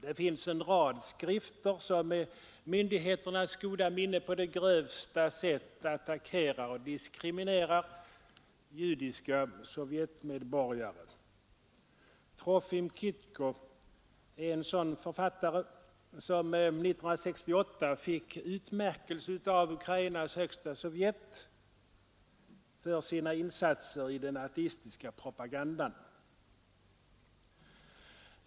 Det finns en rad skrifter som med myndigheternas goda minne på det grövsta sätt attackerar och diskriminerar judiska sovjetmedborgare. Trofim Kittjko är en sådan författare, som 1968 fick utmärkelse av Ukrainas högsta sovjet ”för sina insatser i den ateistiska propagandan”.